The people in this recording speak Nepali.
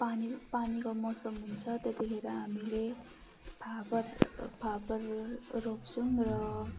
पानी पानीको मौसम हुन्छ त्यतिखेर हामीले फापर फापर रो रोप्छौँ र